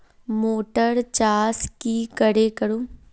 Motor चास की करे करूम?